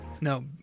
No